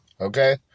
Okay